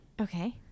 okay